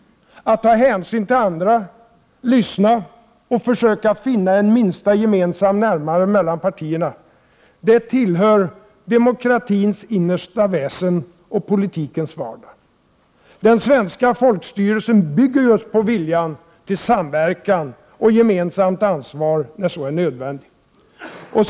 Att ta hänsyn till andra, lyssna och försöka finna en minsta gemensam nämnare mellan partierna, tillhör demokratins innersta väsen och politikens vardag. Den svenska folkstyrelsen bygger just på viljan till samverkan och gemensamt ansvar när så är nödvändigt.